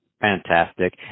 Fantastic